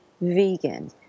vegan